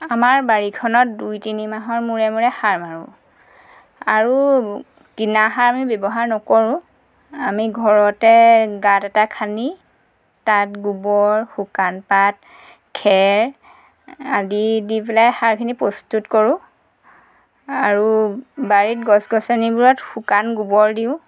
আমাৰ বাৰীখনত দুই তিনিমাহৰ মূৰে মূৰে সাৰ মাৰো আৰু কিনা সাৰ আমি ব্যৱহাৰ নকৰো আমি ঘৰতে গাঁত এটা খান্দি তাত গোবৰ শুকান পাত খেৰ আদি দি পেলাই সাৰখিনি প্ৰস্তুত কৰো আৰু বাৰীত গছ গছনিবোৰত শুকান গোবৰ দিওঁ